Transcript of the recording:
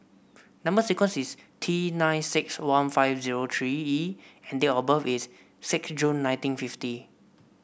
number sequence is T nine six one five zero three E and date of birth is six June nineteen fifty